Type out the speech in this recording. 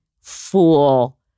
fool